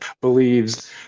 believes